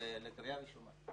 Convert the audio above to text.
לקריאה ראשונה.